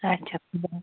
اَچھا